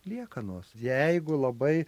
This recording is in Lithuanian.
liekanos jeigu labai